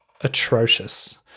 atrocious